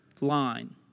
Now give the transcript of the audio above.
line